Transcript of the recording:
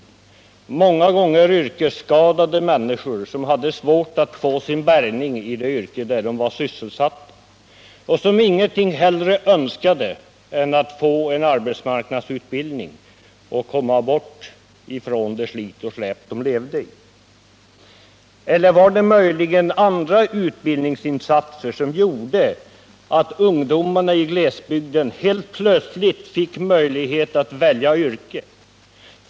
Det var många gånger yrkesskadade människor som hade svårt att få sin bärgning i det yrke där de var sysselsatta och som ingenting hellre önskade än att få arbetsmarknadsutbildning och komma bort ifrån det slit och släp de levde i. Eller var det möjligen andra utbildningsinsatser som gjorde att ungdomarna i glesbygden helt plötsligt fick möjlighet att välja yrke?